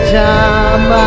time